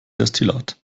destillat